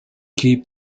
keep